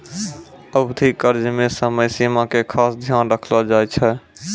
अवधि कर्ज मे समय सीमा के खास ध्यान रखलो जाय छै